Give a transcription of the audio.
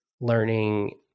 learning